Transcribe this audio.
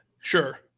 sure